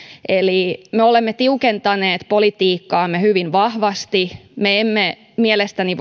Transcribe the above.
eli me olemme tiukentaneet politiikkaamme hyvin vahvasti me emme mielestäni